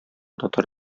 татар